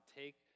take